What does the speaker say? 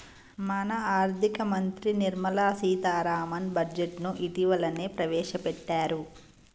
మన ఆర్థిక మంత్రి నిర్మల సీతారామన్ బడ్జెట్ను ఇటీవలనే ప్రవేశపెట్టారు